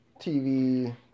TV